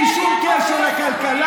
בלי שום קשר לכלכלה,